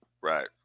Right